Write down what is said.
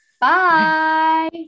Bye